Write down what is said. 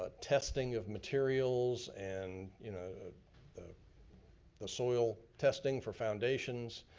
ah testing of materials and you know ah the the soil testing for foundations.